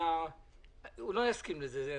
הוא לא יסכים לזה.